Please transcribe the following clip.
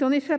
En effet,